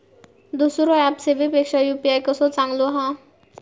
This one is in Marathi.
दुसरो ऍप सेवेपेक्षा यू.पी.आय कसो चांगलो हा?